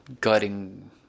guiding